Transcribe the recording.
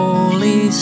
Holy